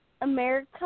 America